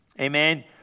amen